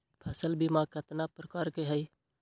फसल बीमा कतना प्रकार के हई?